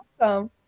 awesome